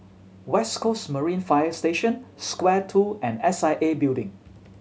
West Coast Marine Fire Station Square Two and S I A Building